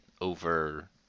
over